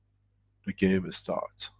the game ah starts.